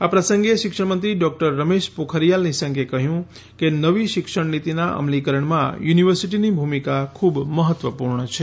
આ પ્રસંગે શિક્ષણમંત્રી ડોકટર રમેશ પોખરિયાલ નિશંકે કહ્યું કે નવી શિક્ષણનિતીના અમલીકરણમાં યુનિવર્સિટીની ભૂમિકા ખૂબ મહત્વપૂર્ણ છે